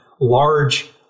large